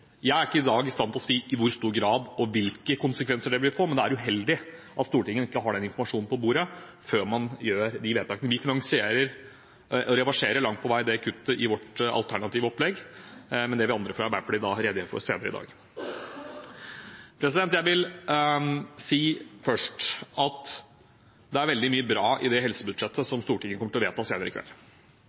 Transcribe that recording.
Jeg er ikke i dag i stand til å si i hvor stor grad og hvilke konsekvenser det vil få, men det er uheldig at Stortinget ikke har den informasjonen på bordet før man gjør de vedtakene. Vi finansierer og reverserer langt på vei det kuttet i vårt alternative opplegg, men det vil andre fra Arbeiderpartiet redegjøre for senere i dag. Jeg vil si først at det er veldig mye bra i helsebudsjettet Stortinget kommer til å vedta senere